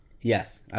Yes